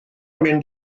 mynd